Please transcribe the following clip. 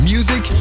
Music